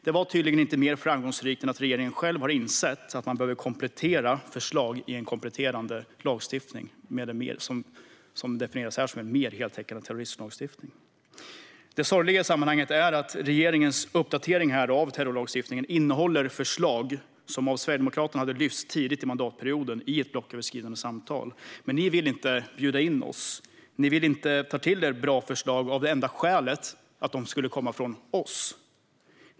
Det var tydligen inte mer framgångsrikt än att regeringen själv har insett att man behöver komplettera förslag i en kompletterande lagstiftning som här definieras som en mer heltäckande terrorismlagstiftning. Det sorgliga i sammanhanget är att regeringens uppdatering av terrorismlagstiftningen innehåller förslag som Sverigedemokraterna skulle ha lyft fram tidigt under mandatperioden i blocköverskridande samtal. Men ni ville inte bjuda in oss. Ni ville inte ta till er bra förslag av det enda skälet att de skulle komma från oss.